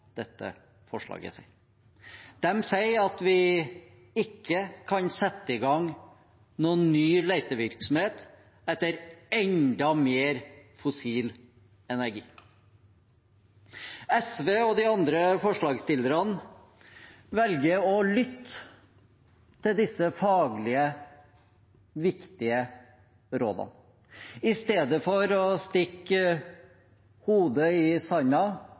dette forslaget. De sier at vi ikke kan sette i gang noen ny letevirksomhet etter enda mer fossil energi. SV og de andre forslagsstillerne velger å lytte til disse faglig viktige rådene i stedet for å stikke hodet i